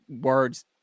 words